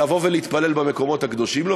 לבוא ולהתפלל במקומות הקדושים לו,